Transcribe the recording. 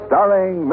Starring